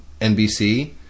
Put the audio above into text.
NBC